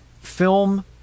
film